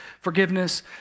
forgiveness